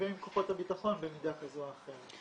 ועם כוחות הביטחון במידה כזו או אחרת.